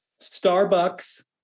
Starbucks